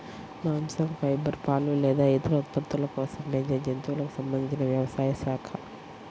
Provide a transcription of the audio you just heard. మాంసం, ఫైబర్, పాలు లేదా ఇతర ఉత్పత్తుల కోసం పెంచే జంతువులకు సంబంధించిన వ్యవసాయ శాఖ